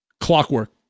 clockwork